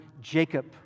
Jacob